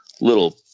little